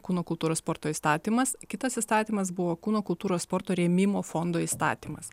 kūno kultūros sporto įstatymas kitas įstatymas buvo kūno kultūros sporto rėmimo fondo įstatymas